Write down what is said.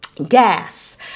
gas